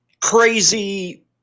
crazy